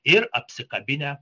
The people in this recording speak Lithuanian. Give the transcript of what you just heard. ir apsikabinę